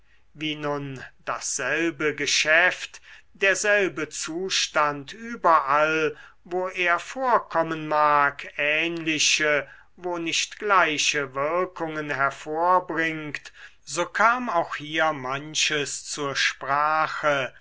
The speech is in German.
wie nun dasselbe geschäft derselbe zustand überall wo er vorkommen mag ähnliche wo nicht gleiche wirkungen hervorbringt so kam auch hier manches zur sprache